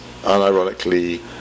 unironically